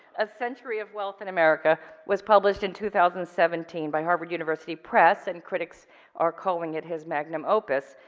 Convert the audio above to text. a century of wealth in america was published in two thousand and seventeen by harvard university press, and critics are calling it his magnum opus.